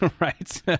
right